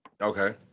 Okay